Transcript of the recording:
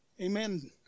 Amen